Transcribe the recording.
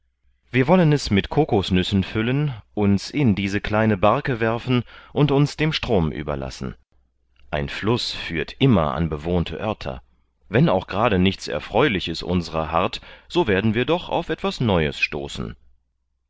wir wollen es mit kokosnüssen füllen uns in diese kleine barke werfen und uns dem strom überlassen ein fluß führt immer an bewohnte oerter wenn auch gerade nichts erfreuliches unserer harrt so werden wir doch auf etwas neues stoßen